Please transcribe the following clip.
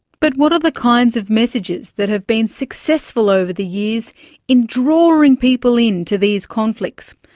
but what are the kinds of messages that have been successful over the years in drawing people in to these conflicts?